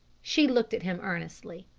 she looked at him earnestly.